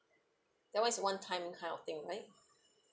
that [one] is one time kind of thing right